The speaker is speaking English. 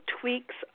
tweaks